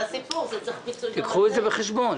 תיקחו את זה בחשבון.